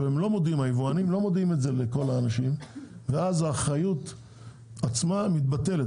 היבואנים לא מודיעים את זה לכל האנשים ואז האחריות עצמה מתבטלת.